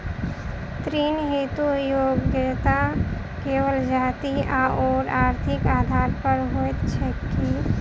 ऋण हेतु योग्यता केवल जाति आओर आर्थिक आधार पर होइत छैक की?